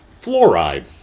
Fluoride